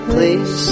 Please